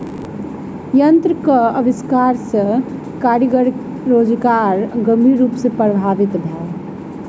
यंत्रक आविष्कार सॅ कारीगरक रोजगार गंभीर रूप सॅ प्रभावित भेल